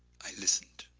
i listened.